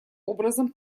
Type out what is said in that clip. образом